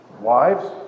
Wives